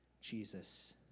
Jesus